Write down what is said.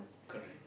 correct